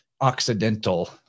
Occidental